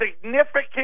significant